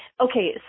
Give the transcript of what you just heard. Okay